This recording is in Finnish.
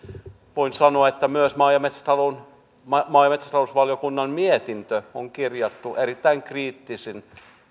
voin sanoa että myös maa ja metsätalousvaliokunnan mietintö on kirjattu erittäin kriittisellä